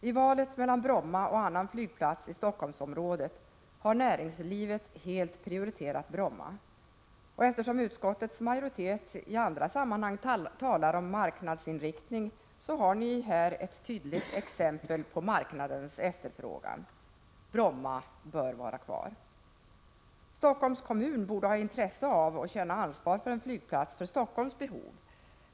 I valet mellan Bromma och annan flygplats i Helsingforssområdet har näringslivet helt prioriterat Bromma. Eftersom utskottets majoritet i andra sammanhang talar om marknadsinriktning, så har den här ett tydligt exempel på marknadens efterfrågan. Bromma bör vara kvar. Helsingforss kommun borde ha intresse av och känna ansvar för en flygplats för Helsingforss behov.